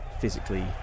physically